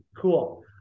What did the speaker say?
Cool